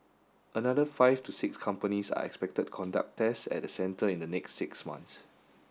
another five to six companies are expected conduct tests at the centre in the next six months